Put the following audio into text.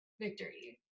victory